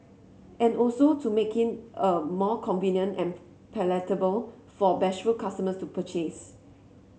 and also to making a more convenient and palatable for bashful customers to purchase